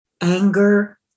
anger